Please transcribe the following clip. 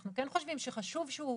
אנחנו כן חושבים שחשוב שהוא